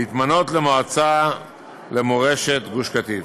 להתמנות למועצה למורשת גוש קטיף.